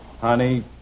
Honey